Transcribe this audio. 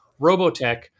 Robotech